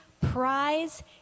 prize